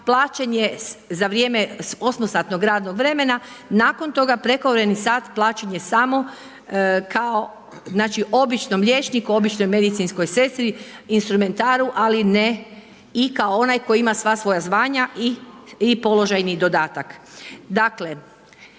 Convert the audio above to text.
plaćen za vrijeme 8-satnog radnog vremena. Nakon toga prekovremeni sat plaćen je samo kao znači, običnom liječniku, običnoj medicinskoj sestri, instrumentaru, ali ne i kao onaj koji ima sva svoja zvanja i položajni dodatak. Dakle,